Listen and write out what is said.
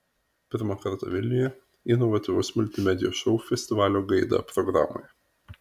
pirmą kartą vilniuje inovatyvus multimedijos šou festivalio gaida programoje